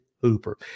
Hooper